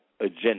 agenda